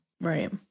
right